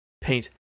paint